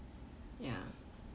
ya